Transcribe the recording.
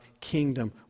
kingdom